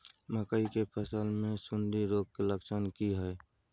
मकई के फसल मे सुंडी रोग के लक्षण की हय?